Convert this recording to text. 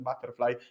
butterfly